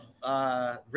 Richard